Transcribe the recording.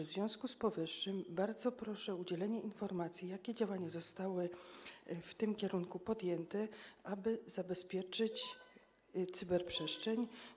W związku z powyższym bardzo proszę o udzielenie informacji, jakie działania zostały podjęte, aby zabezpieczyć cyberprzestrzeń.